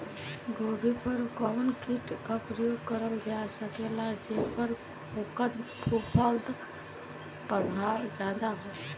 गोभी पर कवन कीट क प्रयोग करल जा सकेला जेपर फूंफद प्रभाव ज्यादा हो?